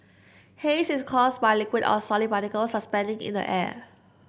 haze is caused by liquid or solid particles suspending in the air